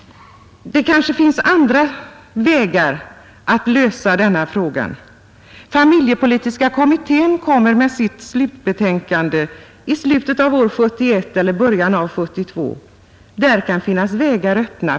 Det kanske finns andra vägar att lösa denna fråga. Familjepolitiska kommittén kommer med sitt slutbetänkande under sista delen av 1971 eller i början av 1972. Där kan finnas vägar öppna.